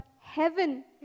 heaven